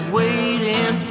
waiting